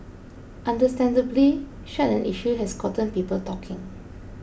understandably such an issue has gotten people talking